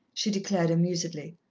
she declared amusedly.